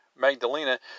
magdalena